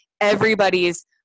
everybody's